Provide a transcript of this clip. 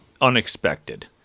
unexpected